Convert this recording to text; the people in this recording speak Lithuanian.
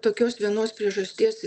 tokios vienos priežasties